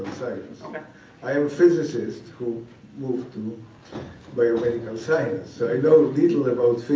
and so like i am a physicist who moved to biomedical science, so i know a little about